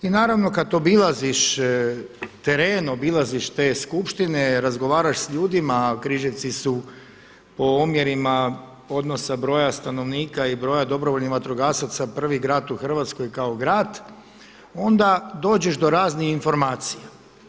I naravno kada obilaziš teren, obilaziš te skupštine, razgovaraš sa ljudima, Križevci su po omjerima odnosa broja stanovnika i broja dobrovoljnih vatrogasaca prvi grad u Hrvatskoj kao grad, onda dođeš do raznih informacija.